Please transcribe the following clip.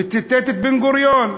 וציטט את בן-גוריון.